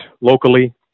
locally